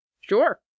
Sure